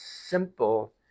simple